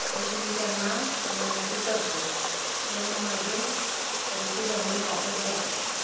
अशी मी त्यांना विनंती करते म्हणून माझे पैसे त्यांनी वापस द्यावे